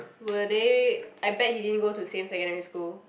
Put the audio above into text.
were they I bet he didn't go to same secondary school